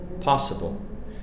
possible